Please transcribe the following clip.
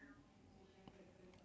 it's a kind of A